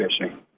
fishing